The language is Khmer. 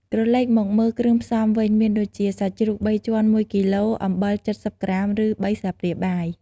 ក្រឡេកមកមើលគ្រឿងផ្សំវិញ មានដូចជា សាច់ជ្រូកបីជាន់ ១គីឡូ អំបិល ៧០ក្រាម ឬ ៣ស្លាបព្រាបាយ។